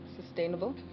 sustainable